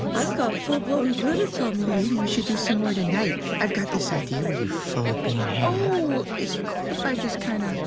i've got full blown glitter tummy. maybe we should do some more tonight, i've got this idea where you fold me in half. oh! is it cool if i just kind of,